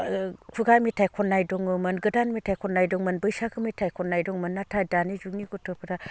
खुगा मेथाइ खननाय दङमोन गोदान मेथाइ खननाय दंमोन बैसागो मेथाइ खननाय दंमोन नाथाय दानि जुगनि गथ'फोरा